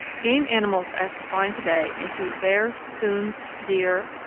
game animals as defined today include bears, coons, deer,